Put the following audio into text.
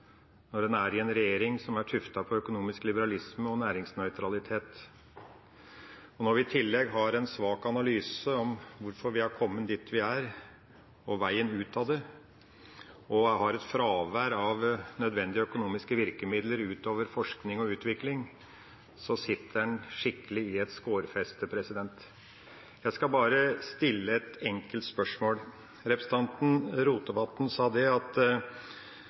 når en er i en regjering som er tuftet på økonomisk liberalisme og næringsnøytralitet. Når det i tillegg er en svak analyse av hvorfor vi er kommet dit vi er, og hva veien ut av det er, og det er et fravær av nødvendige økonomiske virkemidler, utover forskning og utvikling, sitter en skikkelig i et skårfeste. Jeg skal stille et enkelt spørsmål: Representanten Rotevatn sa at